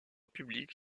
publique